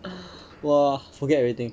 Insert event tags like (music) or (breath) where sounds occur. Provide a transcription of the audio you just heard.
(breath) !wah! forget everything